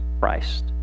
Christ